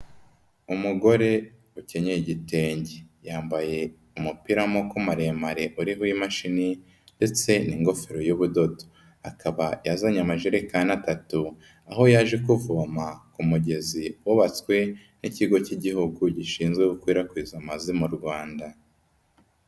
Umugore ukenyeye igitenge, yambaye umupira w'amaboko maremare uriho imashini ndetse n'ingofero y'ubudodo, akaba yazanye amajerekani atatu, aho yaje kuvoma ku mugezi wubatswe n'ikigo cy'igihugu gishinzwe gukwirakwiza maze mu Rwanda.